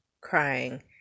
crying